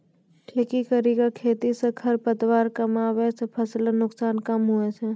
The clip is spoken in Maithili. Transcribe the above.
ठेकी करी के खेती से खरपतवार कमआबे छै फसल के नुकसान कम हुवै छै